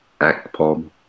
Akpom